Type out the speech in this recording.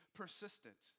persistent